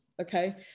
okay